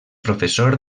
professor